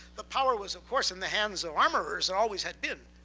the power was, of course, in the hands of armorers, always had been.